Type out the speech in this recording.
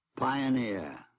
Pioneer